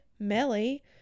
Melly